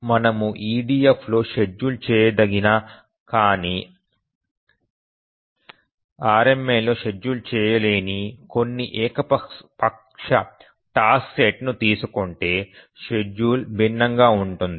మనము EDFలో షెడ్యూల్ చేయదగిన కానీ RMA లో షెడ్యూల్ చేయలేని కొన్ని ఏకపక్ష టాస్క్ సెట్ను తీసుకుంటే షెడ్యూల్ భిన్నంగా ఉంటుంది